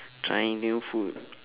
trying new food